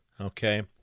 Okay